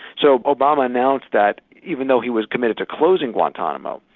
so obama announced that, even though he was committed to closing guantanamo,